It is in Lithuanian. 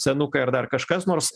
senukai ar dar kažkas nors